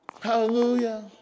Hallelujah